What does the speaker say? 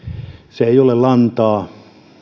se ei ole lantaa